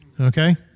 Okay